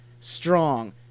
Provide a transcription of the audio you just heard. strong